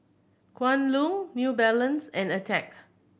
Kwan Loong New Balance and Attack